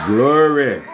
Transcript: Glory